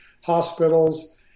hospitals